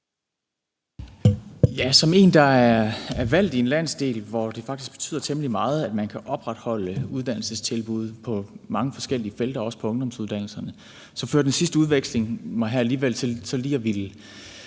Som en, der er valgt i en landsdel, hvor det faktisk betyder temmelig meget, at man kan opretholde uddannelsestilbud på mange forskellige felter også på ungdomsuddannelserne, førte den sidste udveksling her mig alligevel til så lige at ville